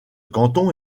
canton